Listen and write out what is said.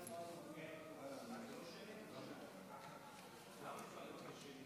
גברתי היושבת בראש, חבריי חברי הכנסת,